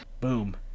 Boom